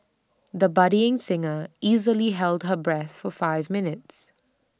the budding singer easily held her breath for five minutes